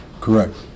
Correct